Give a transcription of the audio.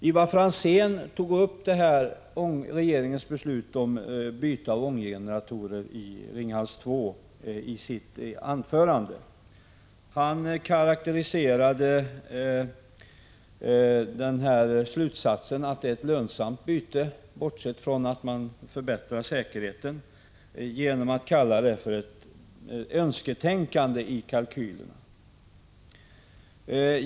Ivar Franzén tog upp regeringens beslut om byte av ånggeneratorer i Ringhals 2 i sitt anförande och karakteriserade slutsatsen att det är ett lönsamt byte, bortsett från att man förbättrar säkerheten, genom att kalla detta ett önsketänkande i kalkylen.